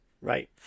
Right